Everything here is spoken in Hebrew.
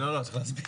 לא, לא, צריך להסביר.